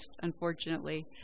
unfortunately